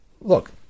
look